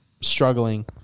struggling